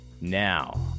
Now